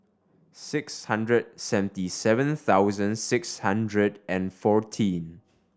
six hundred seventy seven thousand six hundred and fourteen